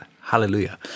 hallelujah